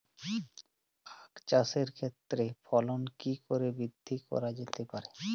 আক চাষের ক্ষেত্রে ফলন কি করে বৃদ্ধি করা যেতে পারে?